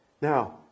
Now